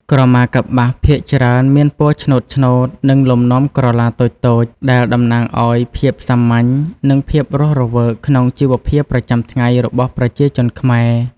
ក្រមាកប្បាសភាគច្រើនមានពណ៌ឆ្នូតៗ និងលំនាំក្រឡាតូចៗ ដែលតំណាងឱ្យភាពសាមញ្ញ និងភាពរស់រវើកក្នុងជីវភាពប្រចាំថ្ងៃរបស់ប្រជាជនខ្មែរ។